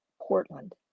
Portland